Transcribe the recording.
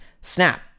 Snap